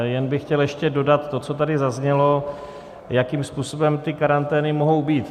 Jen bych chtěl ještě dodat to, co tady zaznělo, jakým způsobem ty karantény mohou být.